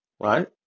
Right